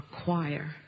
acquire